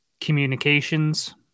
communications